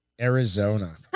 Arizona